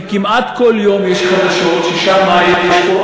כי כמעט כל יום יש חדשות שיש שם פורענות.